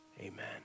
Amen